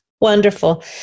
Wonderful